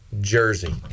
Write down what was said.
Jersey